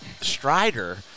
Strider